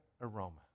aroma